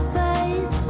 face